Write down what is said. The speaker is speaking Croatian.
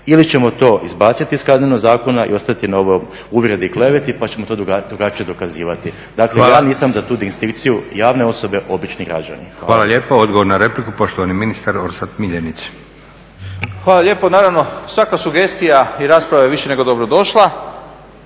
ili ćemo to izbaciti iz Kaznenog zakona i ostati na ovoj uvredi i kleveti pa ćemo to drugačije dokazivati. Dakle, ja nisam za tu distinkciju javne osobe, obični građani. **Leko, Josip (SDP)** Hvala lijepo. Odgovor na repliku, poštovani ministar Orsat Miljenić. **Miljenić, Orsat** Hvala lijepo. Naravno, svaka sugestija i rasprava je više nego dobrodošla.